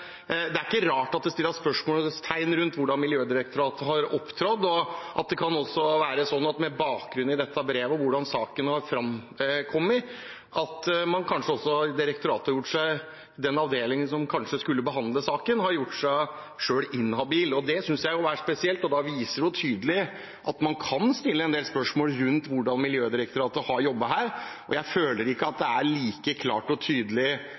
det ikke er rart det stilles spørsmål ved hvordan Miljødirektoratet har opptrådt. Det kan også være sånn at med bakgrunn i dette brevet og hvordan saken har framkommet, har kanskje også den avdelingen i direktoratet som kanskje skulle behandle saken, gjort seg selv inhabil. Det syns jeg er spesielt, og da viser det tydelig at man kan stille en del spørsmål rundt hvordan Miljødirektoratet har jobbet her. Jeg føler ikke at det er like klart og tydelig